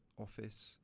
office